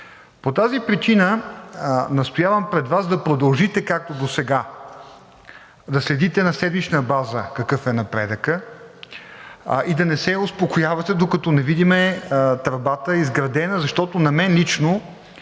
По тази причина настоявам пред Вас да продължите както досега да следите на седмична база какъв е напредъкът и да не се успокоявате, докато не видим тръбата изградена, защото на мен лично